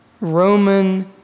Roman